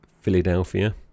Philadelphia